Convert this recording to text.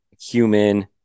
human